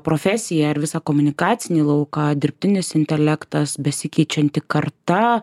profesiją ar visą komunikacinį lauką dirbtinis intelektas besikeičianti karta